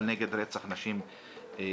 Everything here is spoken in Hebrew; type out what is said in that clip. אבל נגד רצח נשים בפרט.